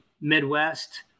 Midwest